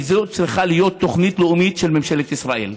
וזו צריכה להיות תוכנית לאומית של ממשלת ישראל.